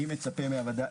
אני מצפה מן הוועדה,